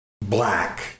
black